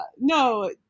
No